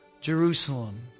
Jerusalem